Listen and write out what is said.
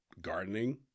gardening